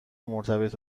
مرتبط